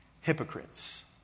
hypocrites